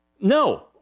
No